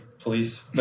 police